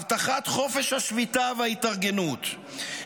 הבטחת חופש השביתה וההתארגנות,